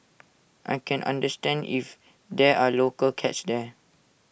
I can understand if there are local cats there